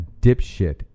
dipshit